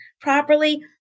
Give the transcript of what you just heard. properly